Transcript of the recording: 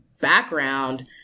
background